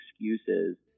excuses